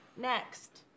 Next